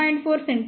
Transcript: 4 cm